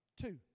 Two